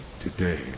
today